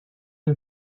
این